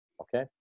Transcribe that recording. okay